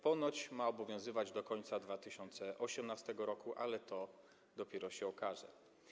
Ponoć ma obowiązywać do końca 2018 r., ale to dopiero się okaże.